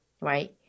right